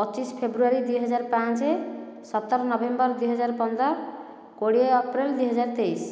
ପଚିଶ ଫେବୃଆରୀ ଦୁଇ ହଜାର ପାଞ୍ଚ ସତର ନଭେମ୍ବର ଦୁଇ ହଜାର ପନ୍ଦର କୋଡ଼ିଏ ଅପ୍ରିଲ୍ ଦୁଇ ହଜାର ତେଇଶ